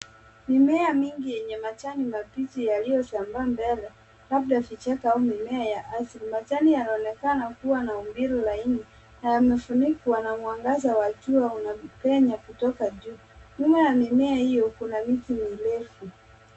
Mimea mingi yenye majani mabichi yaliyosambaa mbele, labda vichaka au mimea ya asili. Majani yanaonekana kuwa mbinu laini. Imefunikwa na mwangaza wa jua unapenya kutoka juu . Nyuma ya mimea hiyo kuna miti mirefu.